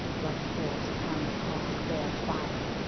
like horse, hound, hog, bear, fire,